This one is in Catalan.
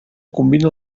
combina